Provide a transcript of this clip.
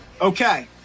okay